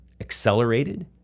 accelerated